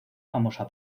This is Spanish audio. famosa